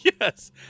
Yes